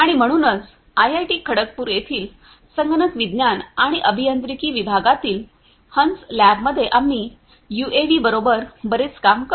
आणि म्हणूनच आयआयटी खडगपूर येथील संगणक विज्ञान आणि अभियांत्रिकी विभागातील हंस लॅबमध्ये आम्ही यूएव्हीबरोबर बरेच काम करतो